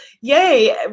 yay